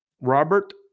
Robert